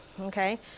Okay